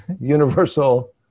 universal